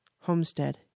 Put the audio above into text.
Homestead